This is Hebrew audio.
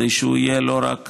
כדי שהוא יהיה לא רק